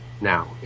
now